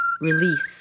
release